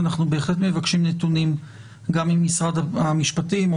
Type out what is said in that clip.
אנחנו בהחלט מבקשים נתונים גם ממשרד המשפטים או